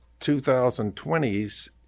2020s